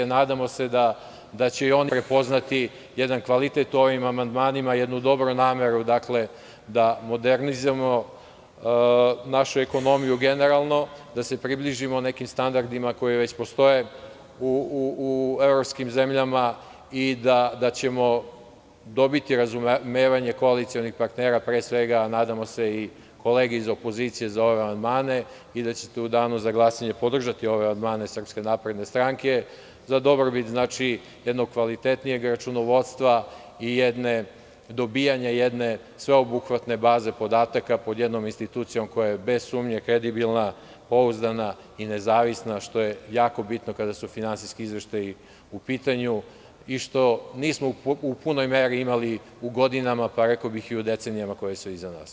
Nadamo se da će i oni prepoznati jedan kvalitet u ovim amandmanima, jednu dobru nameru da modernizujemo našu ekonomiju, da se približimo nekim standardima koji već postoje u evropskim zemljama i da ćemo dobiti razumevanje koalicionih partnera, pre svega, kolega iz opozicije za ove amandmane i da ćete u Danu za glasanje podržati ove amandmane SNS za dobrobit jednog kvalitetnijeg računovodstva i dobijanja jedne sveobuhvatne baze podataka pod jednom institucijom, koja je bez sumnje kredibilna, pouzdana i nezavisna, a što je jako bitno kada su finansijski izveštaji u pitanju i što nismo u punoj meri imali u godinama, rekao bih i u decenijama, koje su iza nas.